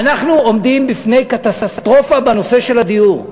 אנחנו עומדים בפני קטסטרופה בנושא של הדיור,